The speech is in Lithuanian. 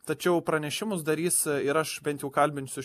tačiau pranešimus darys ir aš bent jau kalbinsiu